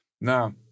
Now